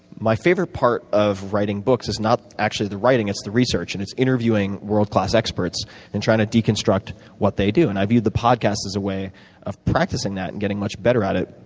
my favorite part of writing books is not actually the writing, it's the research, and it's interviewing world-class experts and trying to deconstruct what they do. and i view the podcast as a way of practicing that and getting much better at it.